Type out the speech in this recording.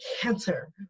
cancer